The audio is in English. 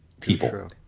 people